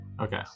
Okay